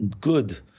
good